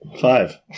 Five